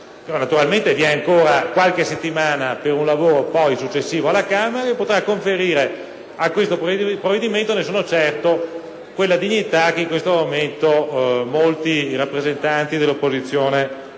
Parlamento. Abbiamo ancora qualche settimana per un lavoro successivo alla Camera, che potrà conferire al provvedimento in esame, ne sono certo, quella dignità che in questo momento molti rappresentanti dell'opposizione non gli